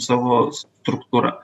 savo struktūra